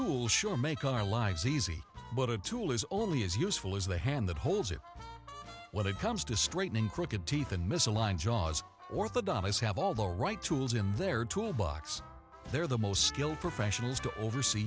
tool sure make our lives easy but a tool is only as useful as the hand that holds it when it comes to straightening crooked teeth and misaligned jaws orthodoxies have all the right tools in their tool box they're the most skilled professionals to oversee